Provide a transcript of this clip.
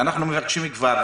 ואנחנו מבקשים כבר,